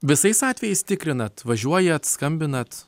visais atvejais tikrinat važiuojat skambinat